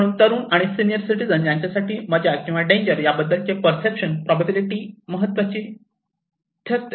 म्हणून तरुण आणि सीनियर सिटीजन यांच्यासाठी मजा किंवा डेंजर याबद्दलचे पर्सेप्शन प्रोबॅबिलिटी महत्त्वाची ठरते